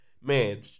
man